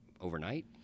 overnight